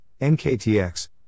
NKTX